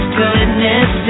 goodness